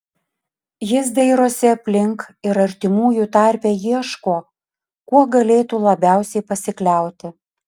jis dairosi aplink ir artimųjų tarpe ieško kuo galėtų labiausiai pasikliauti